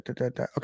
okay